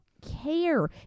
care